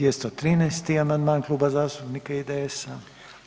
213. amandman, Kluba zastupnika IDS-a.